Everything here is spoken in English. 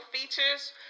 Features